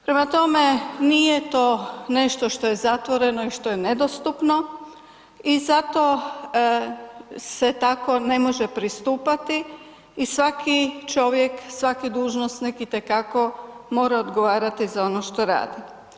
Prema tome, nije to nešto što je zatvoreno i što je nedostupno i zato se tako ne može pristupati i svaki čovjek, svaki dužnosnik itekako mora odgovarati za ono što radi.